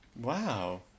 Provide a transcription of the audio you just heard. Wow